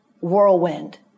whirlwind